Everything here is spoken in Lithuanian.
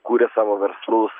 kuria savo verslus